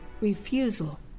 refusal